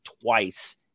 twice